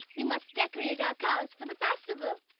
we must decorate our cows for the festival.